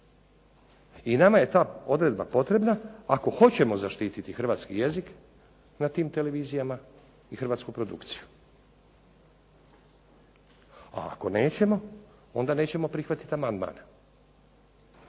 I nama je ta odredba potrebna ako hoćemo zaštititi hrvatski jezik na tim televizijama i hrvatsku produkciju. A ako nećemo, onda nećemo prihvatiti amandman.